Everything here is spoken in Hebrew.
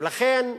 ולכן,